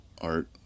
Art